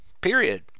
Period